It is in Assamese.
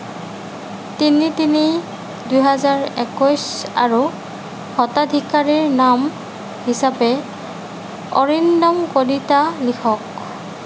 তিনি তিনি দুহেজাৰ একৈশ আৰু হিতাধিকাৰীৰ নাম হিচাপে অৰিন্দম কলিতা লিখক